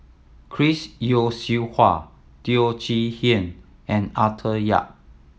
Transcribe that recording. Chris Yeo Siew Hua Teo Chee Hean and Arthur Yap